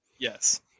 Yes